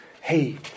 hey